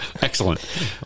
Excellent